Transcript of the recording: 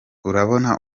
urabona